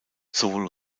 sowohl